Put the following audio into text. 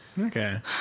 Okay